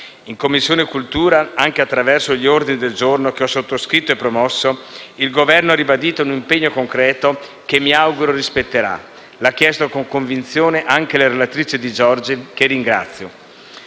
In Commissione cultura, anche attraverso gli ordini del giorno che ho sottoscritto e promosso, il Governo ha ribadito un impegno concreto che mi auguro rispetterà; l'ha chiesto con convinzione anche la relatrice Di Giorgi, che ringrazio.